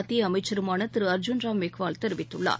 மத்திய அமைச்சருமான திரு அர்ஜூன் ராம் மேஹ்வால் தெரிவித்துள்ளார்